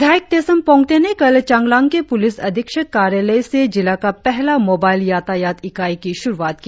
विधायक तेसम पोंग्ते ने कल चांगलांग के पुलिस अधीक्षक कार्यालय से जिला का पहला मोबाइल यातायात इकाई की श्रुआत की